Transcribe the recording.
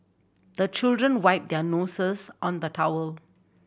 the children wipe their noses on the towel